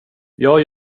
jag